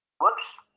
whoops